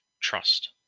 trust